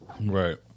Right